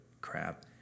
crap